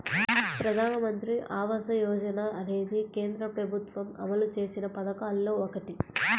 ప్రధానమంత్రి ఆవాస యోజన అనేది కేంద్ర ప్రభుత్వం అమలు చేసిన పథకాల్లో ఒకటి